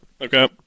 Okay